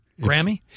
Grammy